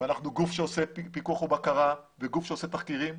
ואנחנו גוף שעושה פיקוח ובקרה וגוף שעושה תחקירים,